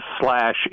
slash